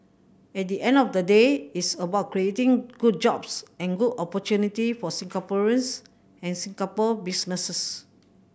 at the end of the day it's about creating good jobs and good opportunity for Singaporeans and Singapore businesses